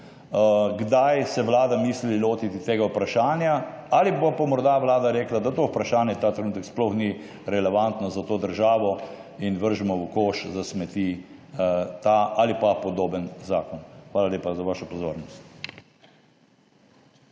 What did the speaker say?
kdaj se Vlada misli lotiti tega vprašanja. Ali bo pa morda Vlada rekla, da to vprašanje ta trenutek sploh ni relevantno za to državo, in vržemo v koš za smeti ta ali pa podoben zakon. Hvala lepa za vašo pozornost.